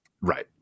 Right